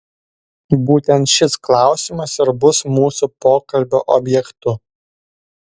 būtent šis klausimas ir bus mūsų pokalbio objektu